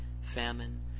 famine